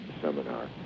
seminar